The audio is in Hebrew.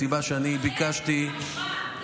הסיבה שביקשתי, כבר יש.